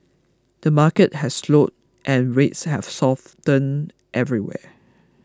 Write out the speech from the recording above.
the market has slowed and rates have softened everywhere